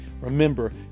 Remember